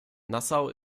nassau